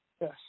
Yes